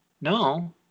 no